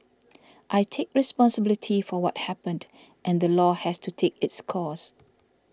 I take responsibility for what happened and the law has to take its course